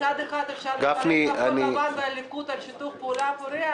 מצד אחד אפשר לברך את כחול לבן והליכוד על שיתוף פעולה פורה.